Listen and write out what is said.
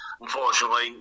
Unfortunately